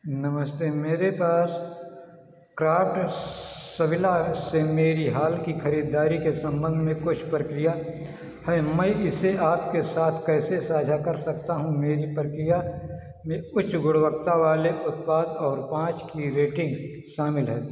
नमस्ते मेरे पास क्राफ्ट्सविला से मेरी हाल की खरीदारी के संबंध में कुछ प्रक्रिया है मैं इसे आपके साथ कैसे साझा कर सकता हूँ मेरी प्रक्रिया में उच्च गुणवत्ता वाले उत्पाद और पाँच की रेटिंग शामिल है